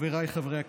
חבריי חברי הכנסת,